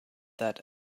that